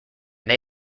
they